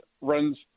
runs –